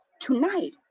tonight